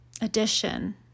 addition